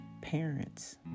parents